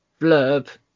blurb